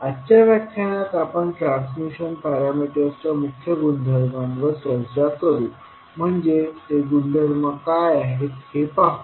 आजच्या व्याख्यानात आपण ट्रान्समिशन पॅरामीटर्सच्या मुख्य गुणधर्मांवर चर्चा करू म्हणजे ते गुणधर्म काय आहेत हे आपण पाहू